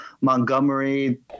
Montgomery